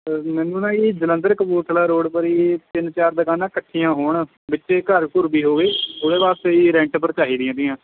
ਮੈਨੂੰ ਨਾ ਜੀ ਜਲੰਧਰ ਕਪੂਰਥਲਾ ਰੋਡ ਪਰ ਜੀ ਤਿੰਨ ਚਾਰ ਦੁਕਾਨਾਂ ਇਕੱਠੀਆਂ ਹੋਣ ਵਿੱਚ ਘਰ ਘੁਰ ਵੀ ਹੋਵੇ ਉਹਦੇ ਵਾਸਤੇ ਹੀ ਰੈਂਟ ਪਰ ਚਾਹੀਦੀਆ ਤੀਆਂ